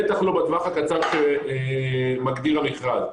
בטח לא בטווח הקצר שמגדיר המכרז,